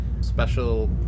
Special